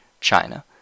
China